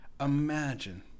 Imagine